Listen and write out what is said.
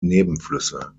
nebenflüsse